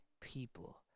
people